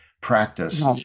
practice